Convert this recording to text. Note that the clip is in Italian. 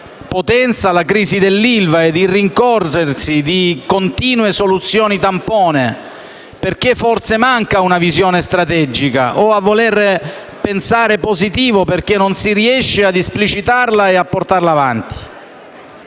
potenza la crisi dell'ILVA e il rincorrersi di continue soluzioni tampone, perché forse manca una visione strategica o - se si vuole pensare positivo - perché non si riesce ad esplicitarla e a portarla avanti.